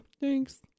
thanks